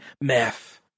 meth